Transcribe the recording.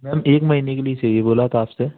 ma'am एक महीने के लिए चाहिए बोला था आपसे